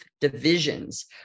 divisions